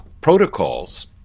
protocols